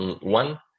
one